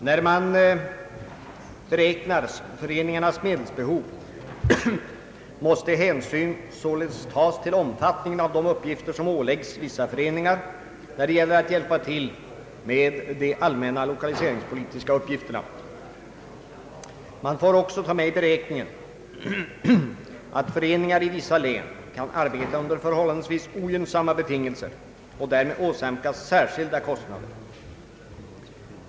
När man beräknar föreningarnas medelsbehov måste hänsyn således tas till omfattningen av de uppgifter som åläggs vissa föreningar när det gäller att hjälpa till med de allmänna lokaliseringspolitiska åtgärderna. Man får också ta med i beräkningen att föreningar i vissa län kan arbeta under förhållandevis ogynnsamma betingelser och därmed åsamkas särskilda kostnader.